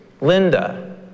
Linda